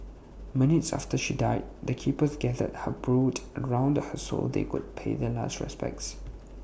minutes after she died the keepers gathered her brood around her so they could pay their last respects